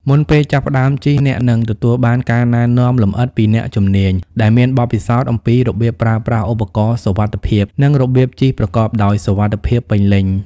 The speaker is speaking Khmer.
មុនពេលចាប់ផ្តើមជិះ អ្នកនឹងទទួលបានការណែនាំលម្អិតពីអ្នកជំនាញដែលមានបទពិសោធន៍អំពីរបៀបប្រើប្រាស់ឧបករណ៍សុវត្ថិភាព និងរបៀបជិះប្រកបដោយសុវត្ថិភាពពេញលេញ។